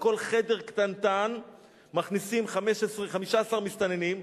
לכל חדר קטנטן מכניסים 15 מסתננים,